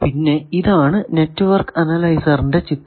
പിന്നെ ഇതാണ് നെറ്റ്വർക്ക് അനലൈസറിന്റെ ചിത്രം